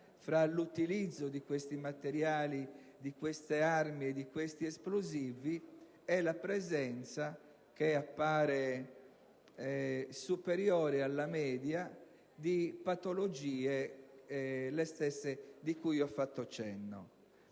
fra l'utilizzo di questi materiali, di queste armi e di questi esplosivi, e la presenza, che appare superiore alla media, delle patologie cui ho fatto cenno.